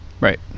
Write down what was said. right